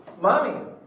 Mommy